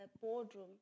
boardroom